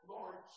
Lord